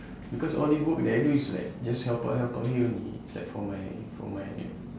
because all these work that I do is like just help out help out here only it's like for my for my